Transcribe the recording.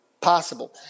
possible